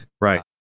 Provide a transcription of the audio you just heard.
Right